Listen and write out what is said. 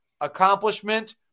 accomplishment